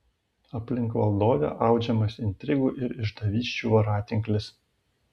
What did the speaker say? aplink valdovę audžiamas intrigų ir išdavysčių voratinklis